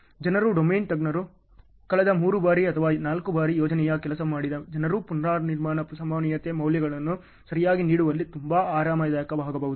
ಜನರು ಡೊಮೇನ್ ತಜ್ಞರು ಕಳೆದ ಮೂರು ಬಾರಿ ಅಥವಾ ನಾಲ್ಕು ಬಾರಿ ಯೋಜನೆಯಲ್ಲಿ ಕೆಲಸ ಮಾಡಿದ ಜನರು ಪುನರ್ನಿರ್ಮಾಣ ಸಂಭವನೀಯತೆ ಮೌಲ್ಯಗಳನ್ನು ಸರಿಯಾಗಿ ನೀಡುವಲ್ಲಿ ತುಂಬಾ ಆರಾಮದಾಯಕವಾಗಬಹುದು